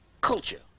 culture